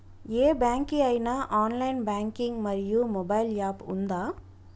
ఏ bank కి ఐనా online banking మరియు మొబైల్ యాప్ ఉందా?